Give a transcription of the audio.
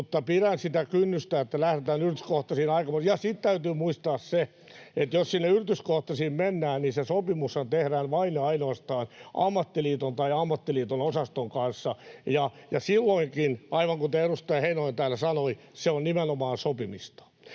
mutta pidän sitä kynnystä, että lähdetään yrityskohtaisiin, aikamoisena. [Niina Malmin välihuuto] Ja sitten täytyy muistaa se, että jos sinne yrityskohtaisiin mennään, niin se sopimushan tehdään vain ja ainoastaan ammattiliiton tai ammattiliiton osaston kanssa, ja silloinkin, aivan kuten edustaja Heinonen täällä sanoi, se on nimenomaan sopimista.